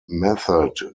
method